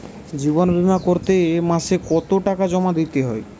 জীবন বিমা করতে মাসে কতো টাকা জমা দিতে হয়?